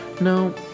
No